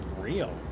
real